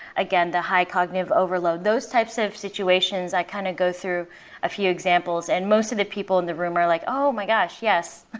again, the high cognitive overload, those types of situations i kind of go through a few examples and most of the people in the room are like, oh my gosh! yes,